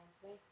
today